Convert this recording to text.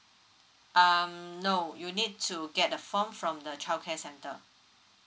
um no you'll need to get the form from the childcare centre